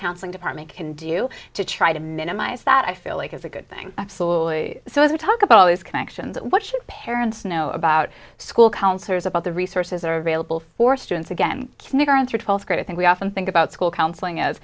counseling department can do to try to minimize that i feel like it's a good thing absolutely so as we talk about all these connections what should parents know about school counselors about the resources are available for students again kindergarten through twelfth grade i think we often think about school counseling as